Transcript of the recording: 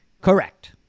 Correct